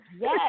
yes